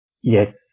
Yes